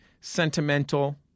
sentimental